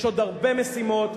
יש עוד הרבה משימות,